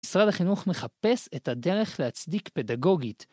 משרד החינוך מחפש את הדרך להצדיק פדגוגית.